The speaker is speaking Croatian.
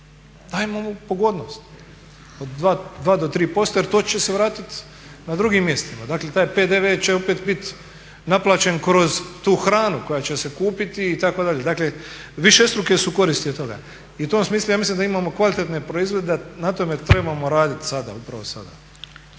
dajmo mu pogodnost od dva do tri posto jer to će se vratiti na drugim mjestima. Dakle, taj PDV će opet bit naplaćen kroz tu hranu koja će se kupiti itd. Dakle, višestruke su koristi od toga. U tom smislu ja mislim da imamo kvalitetne proizvode, da na tome trebamo raditi sada, upravo sada.